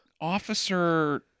Officer